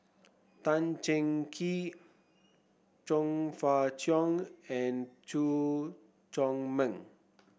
Tan Cheng Kee Chong Fah Cheong and Chew Chor Meng